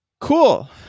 Cool